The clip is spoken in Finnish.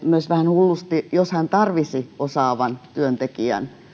vähän hullusti jos hän tarvitsisi osaavan työntekijän